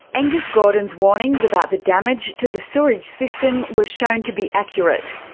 angus gordon's warnings about the damage to the sewerage system were shown to be accurate.